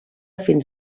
fins